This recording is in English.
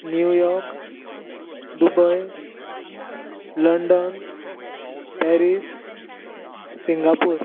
New York Dubai London Paris Singapore